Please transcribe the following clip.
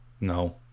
No